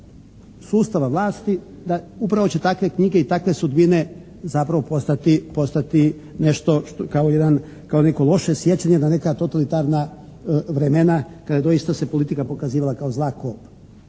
sustava vlasti, da upravo će takve knjige i takve sudbine zapravo postati nešto, kao jedan, kao neko loše sjećanje na neka totalitarna vremena, kada doista se politika pokazivala kao zla kob.